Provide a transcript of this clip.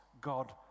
God